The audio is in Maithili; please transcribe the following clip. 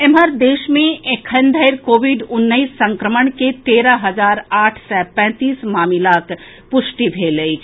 एम्हर देश मे एखन धरि कोविड उन्नैस संक्रमण के तेरह हजार आठ सय पैंतीस मामिलाक पुष्टि भेल अछि